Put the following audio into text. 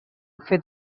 fet